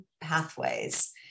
pathways